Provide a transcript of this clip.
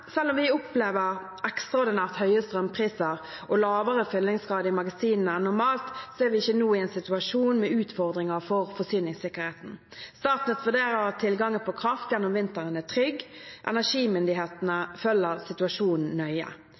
Selv om vi opplever ekstraordinært høye strømpriser og lavere fyllingsgrad i magasinene enn normalt, er vi ikke nå i en situasjon med utfordringer for forsyningssikkerheten. Statnett vurderer at tilgangen på kraft gjennom vinteren er trygg. Energimyndighetene følger situasjonen nøye.